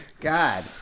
God